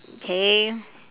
okay